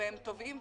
והם טובעים,